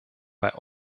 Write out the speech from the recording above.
bei